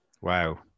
Wow